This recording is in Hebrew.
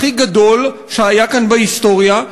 הכי גדול שהיה כאן בהיסטוריה,